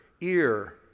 ear